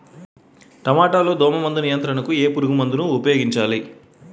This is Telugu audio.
టమాటా లో దోమ నియంత్రణకు ఏ పురుగుమందును ఉపయోగించాలి?